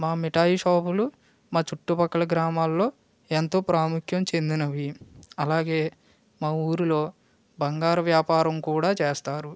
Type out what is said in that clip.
మా మిఠాయి షాపులు మా చుట్టుపక్కల గ్రామాలలో ఎంతో ప్రాముఖ్యం చెందినవి అలాగే మా ఊరిలో బంగారు వ్యాపారం కూడా చేస్తారు